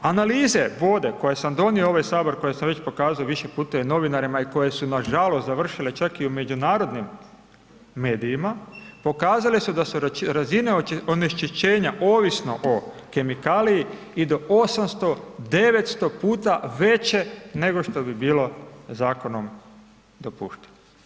Analize vode koje sam donio u ovaj sabor koje sam već pokazao više puta i novinarima i koje su nažalost završile čak i u međunarodnim medijima, pokazale su da su razine onečišćenja ovisno o kemikaliji i do 800, 900 puta veće nego što bi bilo zakonom dopušteno.